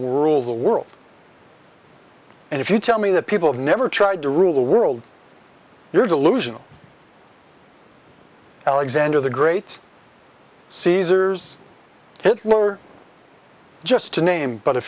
rule the world and if you tell me that people have never tried to rule the world you're delusional alexander the great's cesar's hitler just to name but a